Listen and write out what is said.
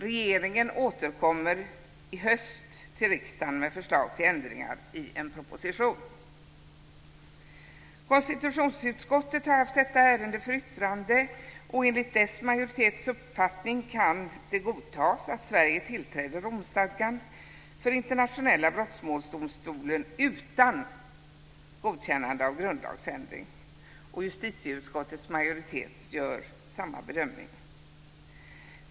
Regeringen återkommer i höst till riksdagen med förslag till ändringar i en proposition. Konstitutionsutskottet har haft detta ärende för yttrande, och enligt dess majoritets uppfattning kan det godtas att Sverige tillträder Romstadgan för Internationella brottmålsdomstolen utan godkännande av grundlagsändring. Justitieutskottets majoritet gör samma bedömning.